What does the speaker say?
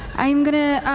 i'm going to